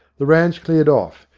the ranns cleared off,